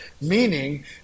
Meaning